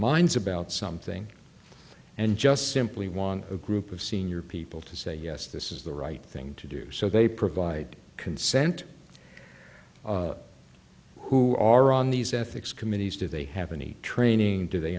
minds about something and just simply want a group of senior people to say yes this is the right thing to do so they provide consent who are on these ethics committees do they have any training do they